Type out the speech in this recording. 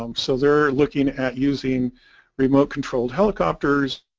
um so they're looking at using remote-controlled helicopters